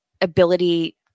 ability